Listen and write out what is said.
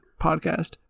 podcast